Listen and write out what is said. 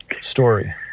story